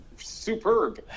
superb